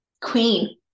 Queen